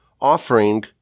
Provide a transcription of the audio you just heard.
offering